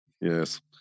Yes